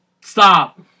stop